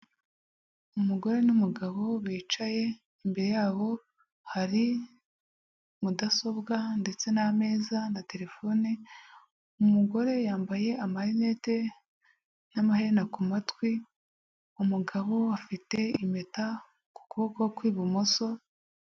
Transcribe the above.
Umugore n'umugabo bicaye, imbere yabo hari mudasobwa ndetse n'ameza na terefone. Umugore yambaye amarinete n'amaherena ku matwi, umugabo afite impeta ku kuboko kw'ibumoso.